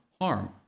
harm